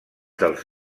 dels